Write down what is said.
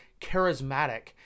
charismatic